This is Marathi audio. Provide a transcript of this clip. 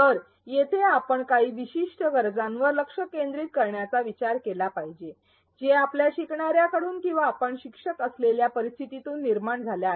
तर येथे आपण काही विशिष्ट गरजांवर लक्ष केंद्रित करण्याचा विचार केला पाहिजे जे आपल्या शिकणाऱ्याकडून किंवा आपण शिक्षक असलेल्या परिस्थितीतून निर्माण झाल्या आहेत